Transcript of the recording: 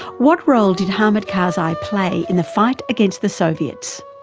what role did hamid karzai play in the fight against the soviets?